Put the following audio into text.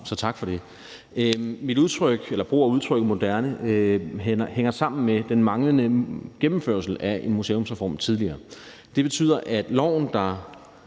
så tak for det. Min brug af udtrykket moderne hænger sammen med den manglende gennemførsel af en museumsreform tidligere. Det betyder, at loven, der